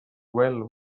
well